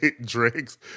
drinks